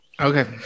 okay